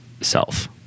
self